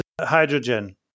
hydrogen